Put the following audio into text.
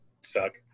suck